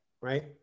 right